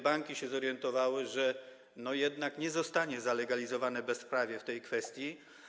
Banki się zorientowały, że jednak nie zostanie zalegalizowane bezprawie w tej kwestii.